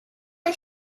are